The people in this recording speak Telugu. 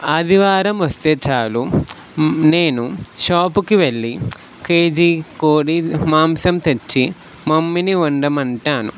ఆదివారం వస్తే చాలు నేను షాప్కి వెళ్లి కేజీ కోడి మాంసం తెచ్చి మమ్మీని వండమంటాను